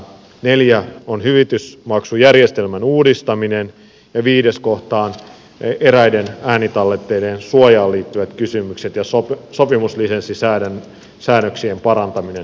neljäs on hyvitysmaksujärjestelmän uudistaminen ja viides kohta on eräiden äänitallenteiden suojaan liittyvät kysymykset ja sopimuslisenssisäännöksien parantaminen